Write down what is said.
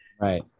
Right